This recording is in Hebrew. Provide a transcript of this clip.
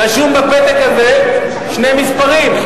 רשום בפתק הזה שני מספרים: